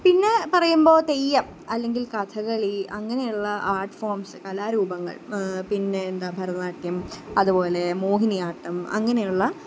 പിന്നെ പറയുമ്പോൾ തെയ്യം അല്ലെങ്കിൽ കഥകളി അങ്ങനെയുള്ള ആട്ട് ഫോംസ് കലാരൂപങ്ങൾ പിന്നെ എന്താ ഭരതനാട്ട്യം അതുപോലേ മോഹിനിയാട്ടം അങ്ങനെയുള്ള